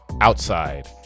outside